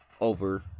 over